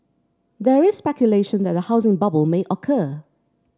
there is speculation that a housing bubble may occur